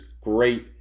great